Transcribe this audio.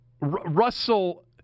Russell